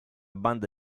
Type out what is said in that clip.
banda